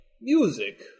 music